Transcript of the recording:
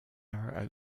narrow